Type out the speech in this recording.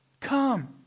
Come